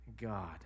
God